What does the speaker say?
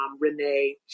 Renee